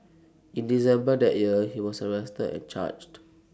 in December that year he was arrested and charged